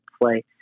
play